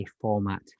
format